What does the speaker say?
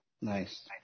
Nice